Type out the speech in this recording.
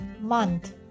month